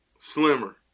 Slimmer